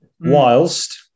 whilst